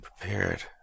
prepared